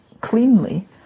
cleanly